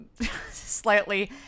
slightly